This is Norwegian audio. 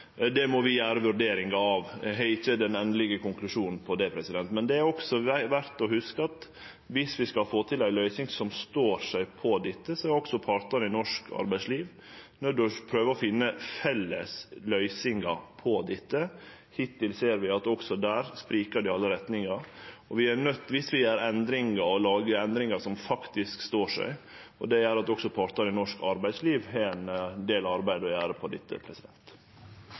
det. Det er også verdt å hugse at dersom vi skal få til ei løysing som står seg, er også partane i norsk arbeidsliv nøydde til å prøve å finne felles løysingar på dette. Hittil ser vi at også der sprikjer det i alle retningar, og dersom vi gjer endringar som faktisk står seg, gjer det at også partane i norsk arbeidsliv har ein del arbeid å gjere med dette.